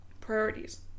priorities